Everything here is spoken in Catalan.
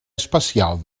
especial